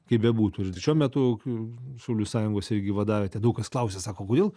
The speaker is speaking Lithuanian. kaip bebūtų ir šiuo metu šaulių sąjungos irgi vadavietė daug kas klausia sako kodėl